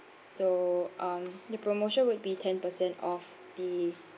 so uh the promotion would be ten percent off the